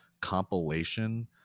compilation